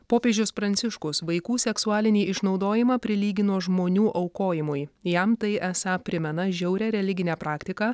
popiežius pranciškus vaikų seksualinį išnaudojimą prilygino žmonių aukojimui jam tai esą primena žiaurią religinę praktiką